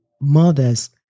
mothers